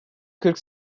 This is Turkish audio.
kırk